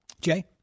Jay